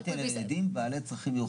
אני דיברתי על ילדים בעלי צרכים מיוחדים,